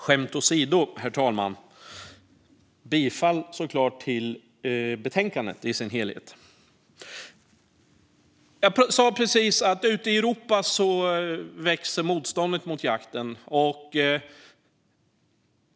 Skämt åsido, herr talman: Jag yrkar såklart bifall till utskottets förslag till beslut i dess helhet. Jag sa precis att ute i Europa växer motståndet mot jakten.